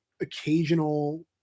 occasional